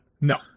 No